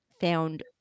found